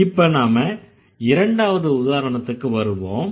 இப்ப நாம இரண்டாவது உதாரணத்துக்கு வருவோம்